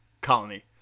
colony